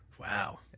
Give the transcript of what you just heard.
wow